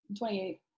28